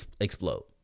explode